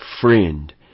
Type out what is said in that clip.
friend